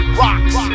rocks